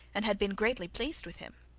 and had been greatly pleased with him.